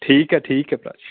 ਠੀਕ ਹੈ ਠੀਕ ਹੈ ਭਰਾ